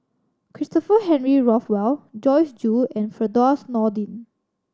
Christopher Henry Rothwell Joyce Jue and Firdaus Nordin